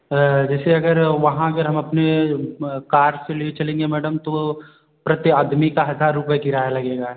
जैसे अगर वहाँ अगर हम अपनी कार से ले चलेंगे मैडम तो प्रति आदमी का हज़ार रुपये किराया लगेगा